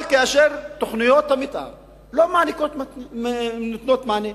אבל כאשר תוכניות המיתאר לא נותנות מענה,